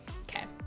okay